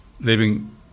living